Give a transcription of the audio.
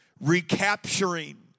recapturing